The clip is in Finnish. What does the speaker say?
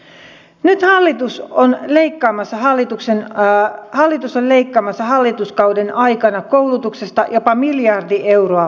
nyt hallitus on leikkaamassa hallituskauden aikana koulutuksesta jopa miljardi euroa vuositasolla